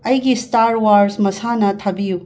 ꯑꯩꯒꯤ Star Wars ꯃꯁꯥꯟꯅ ꯊꯥꯕꯤꯌꯨ